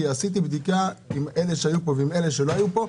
כי עשיתי בדיקה עם אלה שהיו פה ועם אלה שלא היו פה.